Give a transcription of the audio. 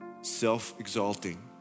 self-exalting